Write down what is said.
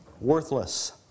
worthless